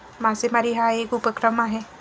मासेमारी हा एक उपक्रम आहे